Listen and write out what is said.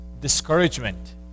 discouragement